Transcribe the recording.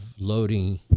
loading